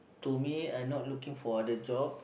to me I not looking for other job